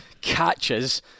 catches